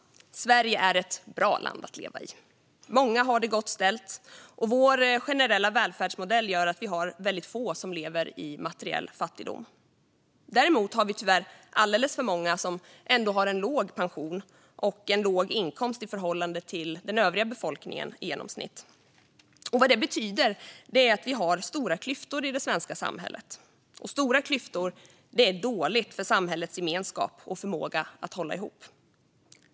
Sverige är ett bra land att leva i. Många har det gott ställt, och vår generella välfärdsmodell gör att vi har väldigt få som lever i materiell fattigdom. Däremot har vi tyvärr alldeles för många som ändå har en låg pension och en låg inkomst i förhållande till befolkningen i genomsnitt. Det betyder att vi har stora klyftor i det svenska samhället, och stora klyftor är dåligt för samhällets gemenskap och förmåga att hålla ihop.